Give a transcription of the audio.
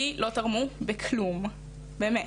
לי לא תרמו בכלום באמת.